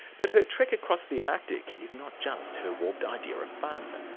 but her trek across the arctic is not just her warped idea of fun,